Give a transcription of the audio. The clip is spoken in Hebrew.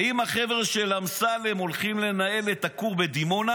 האם החבר'ה של אמסלם הולכים לנהל את הכור בדימונה,